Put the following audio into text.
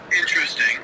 interesting